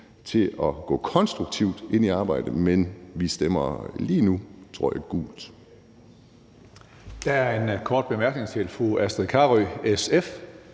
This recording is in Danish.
til at gå konstruktivt ind i arbejdet, men vi stemmer lige nu, tror jeg, gult.